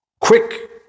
quick